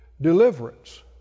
deliverance